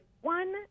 one